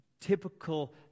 typical